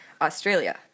australia